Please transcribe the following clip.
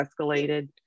escalated